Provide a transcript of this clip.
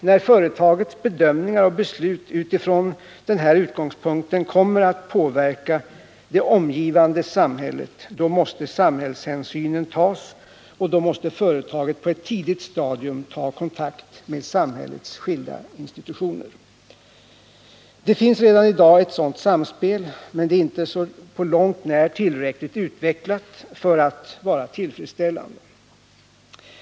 när företagets bedömningar och beslut utifrån den här utgångspunkten kommer att påverka det omgivande samhället, måste samhällshänsyn tas. och då mäste företaget på ett tidigt stadium ta kontakt med samhällets skilda institutioner. Det finns redan i dag ett sådant samspel, men det är inte på långt när tillräckligt utvecklat för att vara tillfredsställande.